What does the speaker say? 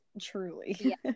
truly